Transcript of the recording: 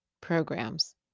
programs